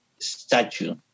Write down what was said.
statue